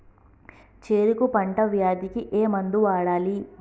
చెరుకు పంట వ్యాధి కి ఏ మందు వాడాలి?